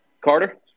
Carter